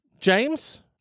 James